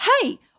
Hey